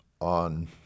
on